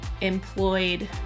employed